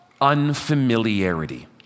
unfamiliarity